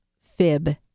fib